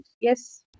yes